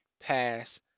pass